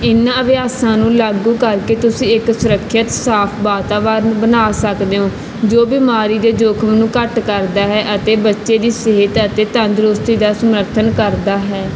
ਇਨ੍ਹਾਂ ਅਭਿਆਸਾਂ ਨੂੰ ਲਾਗੂ ਕਰਕੇ ਤੁਸੀਂ ਇੱਕ ਸੁਰੱਖਿਅਤ ਸਾਫ਼ ਵਾਤਾਵਰਨ ਬਣਾ ਸਕਦੇ ਹੋ ਜੋ ਬਿਮਾਰੀ ਦੇ ਜੋਖਮ ਨੂੰ ਘੱਟ ਕਰਦਾ ਹੈ ਅਤੇ ਬੱਚੇ ਦੀ ਸਿਹਤ ਅਤੇ ਤੰਦਰੁਸਤੀ ਦਾ ਸਮਰਥਨ ਕਰਦਾ ਹੈ